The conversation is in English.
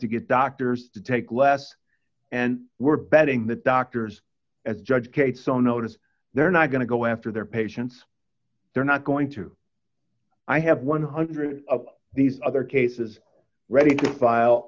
to get doctors to take less and we're betting that doctors as judge kate so notice they're not going to go after their patients they're not going to i have one hundred of these other cases ready to file